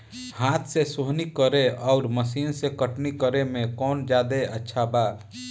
हाथ से सोहनी करे आउर मशीन से कटनी करे मे कौन जादे अच्छा बा?